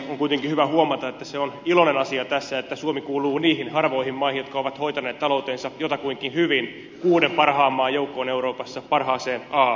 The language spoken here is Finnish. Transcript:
on kuitenkin hyvä huomata että se on iloinen asia tässä että suomi kuuluu niihin harvoihin maihin jotka ovat hoitaneet taloutensa jotakuinkin hyvin kuuden parhaan maan joukkoon euroopassa parhaaseen a ryhmään